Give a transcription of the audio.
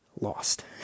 lost